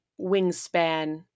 wingspan